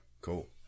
cool